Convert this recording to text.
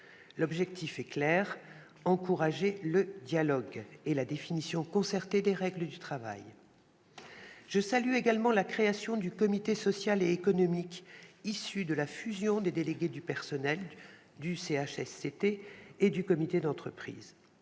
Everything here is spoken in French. L'objectif est clair : encourager le dialogue et la définition concertée des règles de travail. Je salue également la création du comité social et économique, issu de la fusion des délégués du personnel, du CHSCT et du comité d'entreprise.